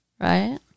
Right